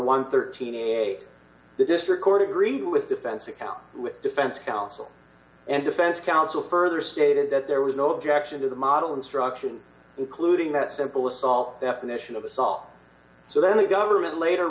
and thirty eight dollars the district court agreed with defense account with defense counsel and defense counsel further stated that there was no objection to the model instruction including that simple assault definition of assault so then the government later